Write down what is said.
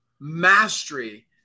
mastery